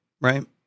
right